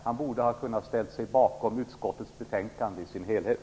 Han borde ha kunnat ställa sig bakom utskottets hemställan i dess helhet.